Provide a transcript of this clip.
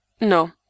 no